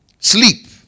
Sleep